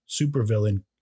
supervillain